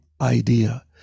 idea